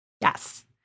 Yes